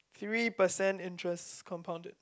three percent interest compounded